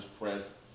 pressed